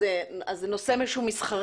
אז זה נושא שהוא מסחרי,